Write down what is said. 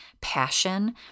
passion